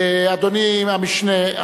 אדוני המשנה,